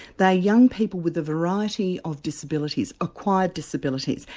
they are young people with a variety of disabilities, acquired disabilities.